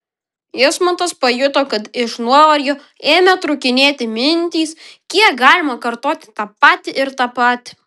jasmantas pajuto kad iš nuovargio ėmė trūkinėti mintys kiek galima kartoti tą patį ir tą patį